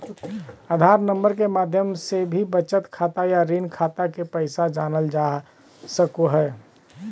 आधार number के माध्यम से भी बचत खाता या ऋण खाता के पैसा जानल जा सको हय